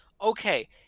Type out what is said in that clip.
okay